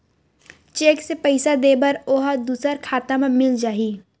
Cheque से पईसा दे बर ओहा दुसर खाता म मिल जाही?